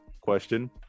question